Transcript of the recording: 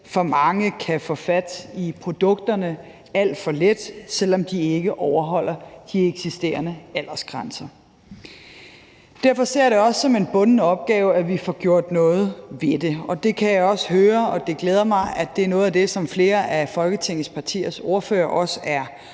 for mange kan få fat i produkterne alt for let, selv om de ikke overholder de eksisterende aldersgrænser. Derfor ser jeg det også som en bunden opgave, at vi får gjort noget ved det. Det kan jeg høre – og det glæder mig – er noget af det, som flere af Folketingets partiers ordførere også er